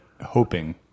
hoping